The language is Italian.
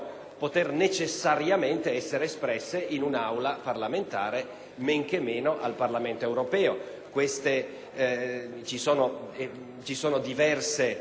poter necessariamente essere manifestate in un'Aula parlamentare, men che meno del Parlamento europeo. Vi sono diverse